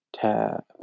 Tab